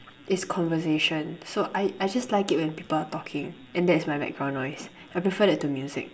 is conversation so I I just like it when people are talking and that's my background noise I prefer that to music